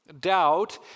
Doubt